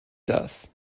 death